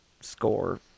score